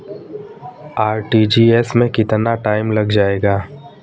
RTGS में कितना time लग जाएगा?